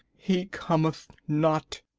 he cometh not.